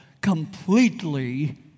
completely